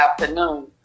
afternoon